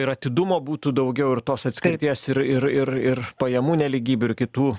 ir atidumo būtų daugiau ir tos atskirties ir ir ir ir pajamų nelygybių ir kitų